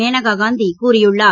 மேனகா காந்தி கூறியுள்ளார்